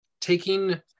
taking